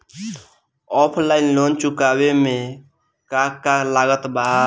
Offline loan चुकावे म का का लागत बा?